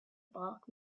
bulk